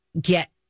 get